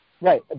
right